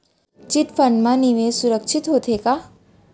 Chit fund मा निवेश सुरक्षित होथे का?